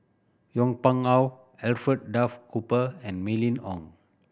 Yong Pung How Alfred Duff Cooper and Mylene Ong